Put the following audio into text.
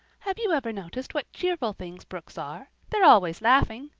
have you ever noticed what cheerful things brooks are? they're always laughing.